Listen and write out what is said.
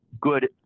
good